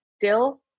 dill